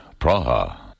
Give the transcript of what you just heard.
Praha